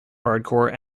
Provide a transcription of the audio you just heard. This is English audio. hardcore